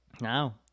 now